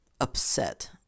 upset